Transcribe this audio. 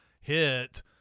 hit